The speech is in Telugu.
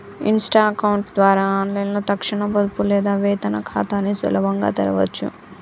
ఇన్స్టా అకౌంట్ ద్వారా ఆన్లైన్లో తక్షణ పొదుపు లేదా వేతన ఖాతాని సులభంగా తెరవచ్చు